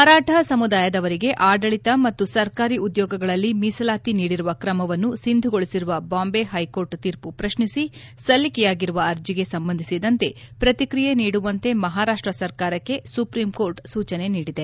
ಮರಾಠ ಸಮುದಾಯದವರಿಗೆ ಆಡಳಿತ ಮತ್ತು ಸರ್ಕಾರಿ ಉದ್ಯೋಗಗಳಲ್ಲಿ ಮೀಸಲಾತಿ ನೀಡಿರುವ ತ್ರಮವನ್ನು ಒಂಧುಗೊಳಿಸಿರುವ ಬಾಂಬೈ ಹೈಕೋರ್ಟ್ ತೀರ್ಮ ಪ್ರಶ್ನಿಸಿ ಸಲ್ಲಿಕೆಯಾಗಿರುವ ಅರ್ಜಿಗೆ ಸಂಬಂಧಿಸಿದಂತೆ ಪ್ರತಿಕ್ರಿಯೆ ನೀಡುವಂತೆ ಮಹಾರಾಷ್ಷ ಸರ್ಕಾರಕ್ಕೆ ಸುಪ್ರೀಂಕೋರ್ಟ್ ಸೂಚನೆ ನೀಡಿದೆ